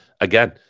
again